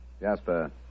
Jasper